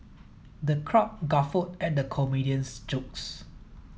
the crowd guffawed at the comedian's jokes